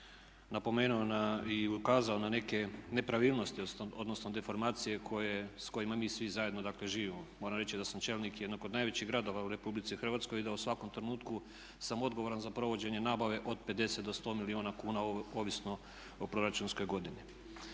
napomenuo i ukazao na neke nepravilnosti, odnosno deformacije s kojima mi svi zajedno, dakle živimo. Moram reći da sam čelnik jednog od najvećih gradova u Republici Hrvatskoj i da u svakom trenutku sam odgovoran za provođenje nabave od 50 do 100 milijuna kuna ovisno o proračunskoj godini.